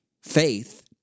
faith